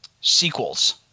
sequels